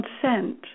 consent